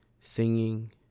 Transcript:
singing